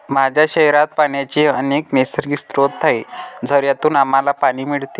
माझ्या शहरात पाण्याचे अनेक नैसर्गिक स्रोत आहेत, झऱ्यांतून आम्हाला पाणी मिळते